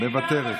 מוותרת.